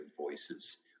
voices